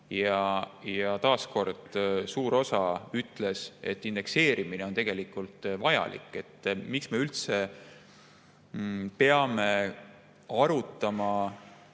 Ja taas kord suur osa ütles, et indekseerimine on tegelikult vajalik. Miks me üldse peame arutama